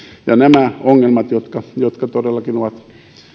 ja nämä ongelmat jotka jotka todellakin ovat